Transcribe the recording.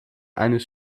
eines